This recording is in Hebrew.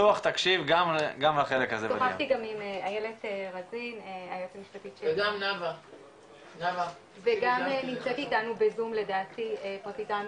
גם עם איילת היועצת המשפטית וגם נמצאת איתנו בזום לדעתי פרקליטה